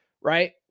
Right